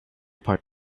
part